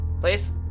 Please